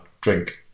drink